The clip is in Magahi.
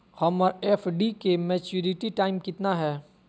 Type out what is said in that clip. हमर एफ.डी के मैच्यूरिटी टाइम कितना है?